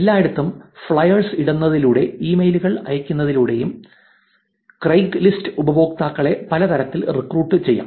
എല്ലായിടത്തും ഫ്ലയറുകൾ ഇടുന്നതിലൂടെയും ഇമെയിലുകൾ അയയ്ക്കുന്നതിലൂടെയും ക്രെയ്ഗ്ലിസ്റ്റിലൂടെയും ഉപയോക്താക്കളെ പല തരത്തിൽ റിക്രൂട്ട് ചെയ്തു